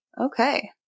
Okay